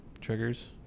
triggers